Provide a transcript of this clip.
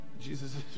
Jesus